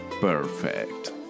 perfect